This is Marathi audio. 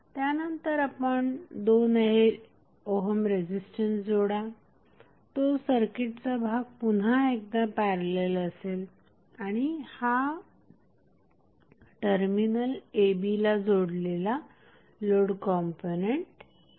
त्यानंतर आपण 2 ओहम रेझिस्टन्स जोडा तो सर्किटचा भाग पुन्हा एकदा पॅरेलल असेल आणि हा टर्मिनल a b ला जोडलेला लोड कॉम्पोनंट आहे